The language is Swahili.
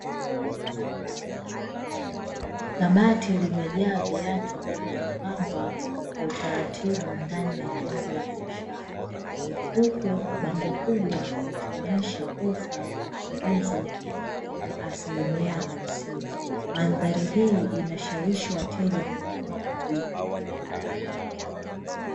Kabati limejaa viatu vilivyopangwa kwa utaratibu ndani ya jengo la biashara. Huku bango kubwa likionyesha ofa ya punguzo ya asilimia hamsini. Mandhari hii inashawishi wateja kununua kwa wingi.